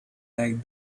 like